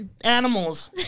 animals